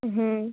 হুম